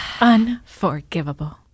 unforgivable